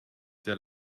der